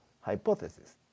hypothesis